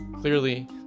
clearly